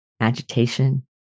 agitation